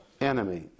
enemy